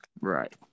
Right